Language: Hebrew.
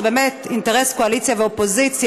זה באמת אינטרס של קואליציה ואופוזיציה.